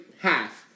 half